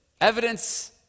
evidence